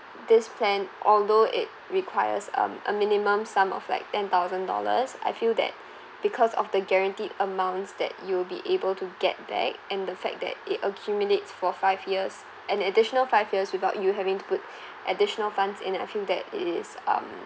this plan although it requires um a minimum sum of like ten thousand dollars I feel that because of the guaranteed amounts that you'll be able to get back and the fact that it accumulates for five years and additional five years without you having to put additional funds in it I feel that it is um